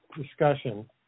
discussion